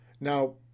Now